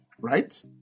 right